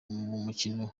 mukino